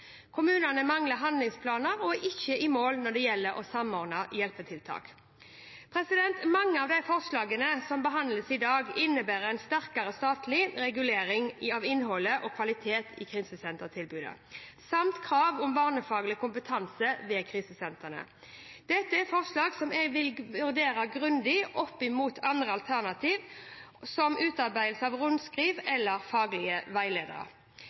Kommunene mangler handlingsplaner og er ikke i mål når det gjelder å samordne hjelpetiltak. Mange av forslagene som behandles i dag, innebærer en sterkere statlig regulering av innholdet og kvaliteten i krisesentertilbudet, samt krav om barnefaglig kompetanse ved krisesentrene. Dette er forslag jeg vil vurdere grundig opp mot andre alternativer, som utarbeidelse av rundskriv eller faglige veiledere.